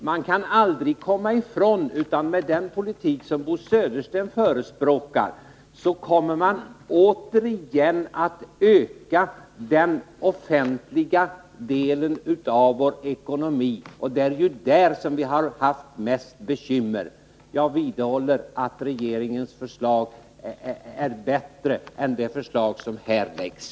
Vi kan aldrig komma ifrån att man med den politik som Bo Södersten förespråkar återigen kommer att öka den offentliga delen av vår ekonomi, och det är ju där som vi har haft mest bekymmer. Jag vidhåller att regeringens förslag är bättre än det förslag som här framläggs.